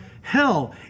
hell